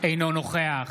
אינו נוכח